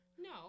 No